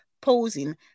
posing